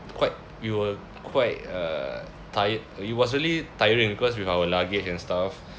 quite we were quite uh tired it was really tiring because with our luggage and stuff